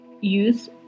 use